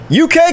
UK